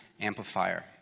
amplifier